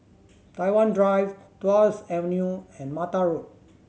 Tai Hwan Drive Tuas Avenue and Mata Road